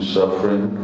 suffering